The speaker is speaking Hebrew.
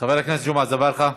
חבר הכנסת ג'מעה אזברגה.